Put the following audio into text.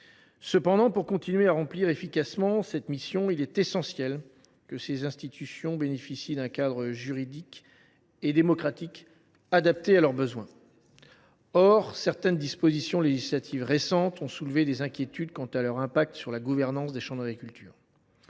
puissent continuer de remplir efficacement cette mission, il est essentiel qu’elles bénéficient d’un cadre juridique et démocratique adapté à leurs besoins. Or certaines dispositions législatives récentes ont suscité des inquiétudes, du fait de leurs effets sur la gouvernance des chambres d’agriculture.